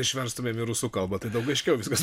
išverstumėm į rusų kalbą tai daug aiškiau viskas